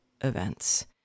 events